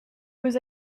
was